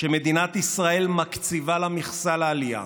שמדינת ישראל מקציבה לה מכסה לעלייה.